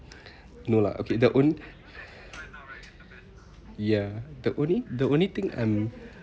no lah okay the only ya the only the only thing I'm